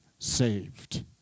saved